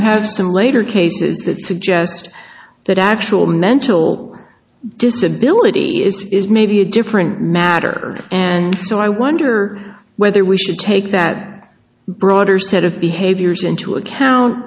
you have some later cases that suggest that actual mental disability is is maybe a different matter and so i wonder whether we should take that broader set of behaviors into account